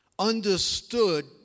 understood